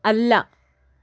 അല്ല